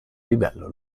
livello